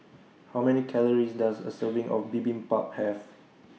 How Many Calories Does A Serving of Bibimbap Have